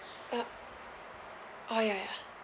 uh oh ya ya